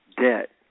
debt